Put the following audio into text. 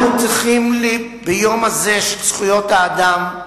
אנחנו צריכים ביום הזה של זכויות האדם,